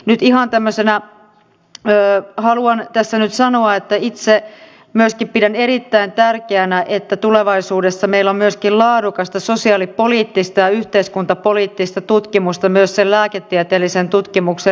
tämä kannustinjärjestelmä on sikäli mielenkiintoinen että se rahoittaa itse myöskin pidän erittäin tärkeänä että tulevaisuudessa meillä on myöskin laadukasta sosiaalipoliittistayhteiskuntapoliittista tutkimusta myös sen lääketieteellisen itsensä